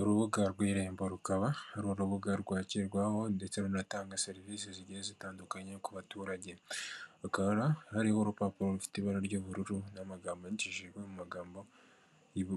Urubuga rw'irembo rukaba ari urubuga rwakirirwaho ndetse runatanga serivisi zigize zitandukanye ku baturage, hakaba hariho urupapuro rufite ibara ry'ubururu n'amagambo yandikishijwe mu magambo